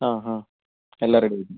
ആ ആ എല്ലാം റെഡി ആക്കും